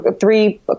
three